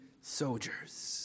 soldiers